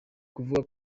kuvuga